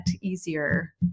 easier